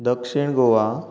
दक्षिण गोवा